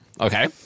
Okay